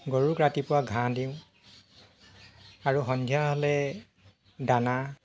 গৰুক ৰাতিপুৱা ঘাঁহ দিওঁ আৰু সন্ধিয়া হ'লে দানা